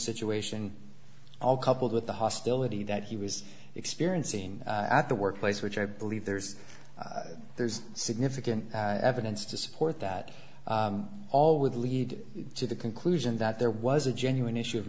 situation all coupled with the hostility that he was experiencing at the workplace which i believe there's there's significant evidence to support that all would lead to the conclusion that there was a genuine issue of